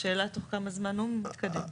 השאלה תוך כמה זמן הוא מתקדם.